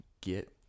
Get